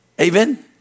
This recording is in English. Amen